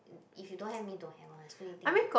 if you don't have means don't have what still need to think meh